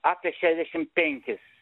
apie šešiasdešimt penkis